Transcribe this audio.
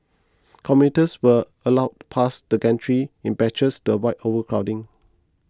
commuters were allowed past the gantries in batches to avoid overcrowding